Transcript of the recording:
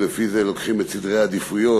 לפי זה לוקחים את סדרי העדיפויות